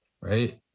right